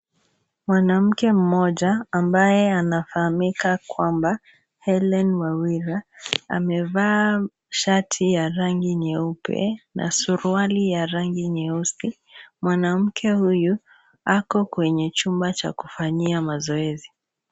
Mwanamke mmoja ambaye anafahamika kwamba Hellen Wawira amevaa shati ya rangi nyeupe na suruali ya rangi nyeusi, mwanamke huyu ako kwenye chumba cha kufanyia mazoezi.